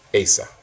Asa